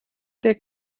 der